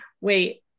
wait